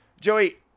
Joey